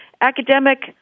academic